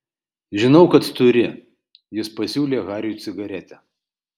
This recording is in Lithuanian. žinau kad turi jis pasiūlė hariui cigaretę